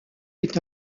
est